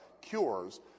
cures